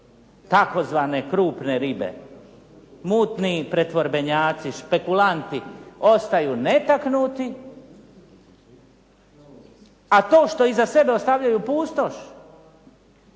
tzv. krupne ribe, mutni pretvorbenjaci, špekulanti ostaju netaknuti a to što iza sebe ostavljaju pustoš,